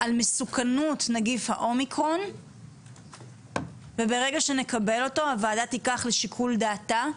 מסוכנות נגיף האומיקרון וברגע שנקבל אותם הוועדה תיקח לשיקול דעתה,